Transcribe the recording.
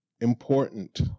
important